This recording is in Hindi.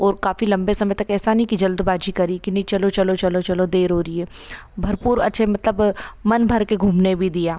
और काफ़ी लंबे समय तक ऐसा नहीं कि जल्दबाजी करी कि नहीं चलो चलो चलो देर हो रही है भरपूर अच्छे मतलब मन भर के घूमने भी दिया